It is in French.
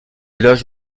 éloges